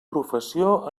professió